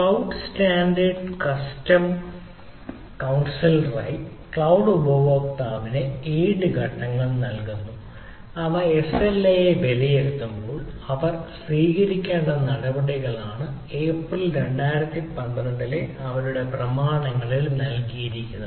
cloud standard custom council right cloud ഉപഭോക്താവിന് 7 ഘട്ടങ്ങൾ നൽകുന്നു അവർ എസ്എൽഎയെ വിലയിരുത്തുമ്പോൾ അവർ സ്വീകരിക്കേണ്ട നടപടികളാണ് ഏപ്രിൽ 2012 ലെ അവരുടെ പ്രമാണത്തിൽ നൽകിയിരിക്കുന്നത്